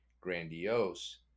grandiose